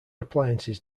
appliances